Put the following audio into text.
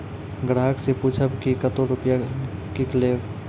ग्राहक से पूछब की कतो रुपिया किकलेब?